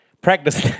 Practice